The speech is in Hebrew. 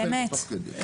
באמת.